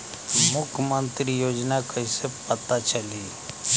मुख्यमंत्री योजना कइसे पता चली?